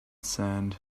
sand